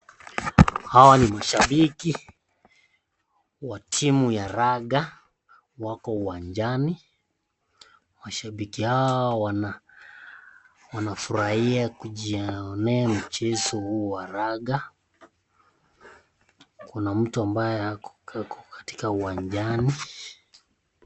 Hawa ni mashabiki wa timu ya raga wako uwanjani, mashabiki hawa wanafurahia kujionea mchezo huu wa raga, kuna mtu ambaye ako katika uwanjani.